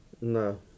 No